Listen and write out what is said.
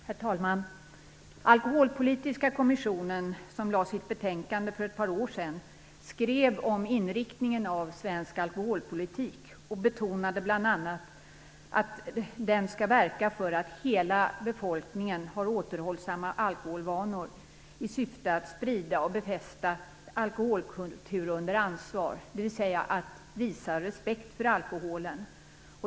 Herr talman! Alkolholpolitiska kommissionen, som lade fram sitt betänkande för ett par år sedan, skrev om inriktningen av svensk alkoholpolitik. Man betonade bl.a. att den skall verka för att hela befolkningen har återhållsamma alkoholvanor i syfte att sprida och befästa alkoholkultur under ansvar, dvs. visa respekt för alkoholen.